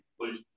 Please